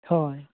ᱦᱳᱭ